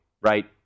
right